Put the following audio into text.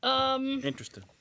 Interesting